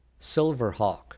silverhawk